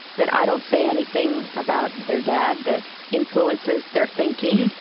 that i don't say anything about their dad that influences their thinking,